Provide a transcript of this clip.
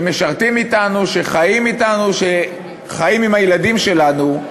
שמשרתים אתנו, שחיים אתנו, שחיים עם הילדים שלנו,